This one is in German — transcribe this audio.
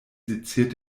seziert